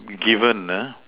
given uh